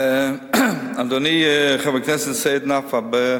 אדוני חבר הכנסת סעיד נפאע,